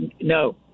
no